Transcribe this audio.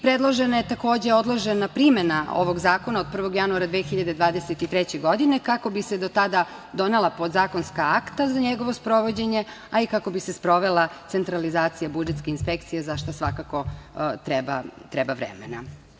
Predložena je, takođe, odložena primena ovog zakona od 1. januara 2023. godine, kako bi se do tada donela podzakonska akta za njegovo sprovođenje, a i kako bi se sprovela centralizacija budžetske inspekcije, za šta svakako treba vremena.